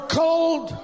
cold